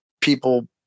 people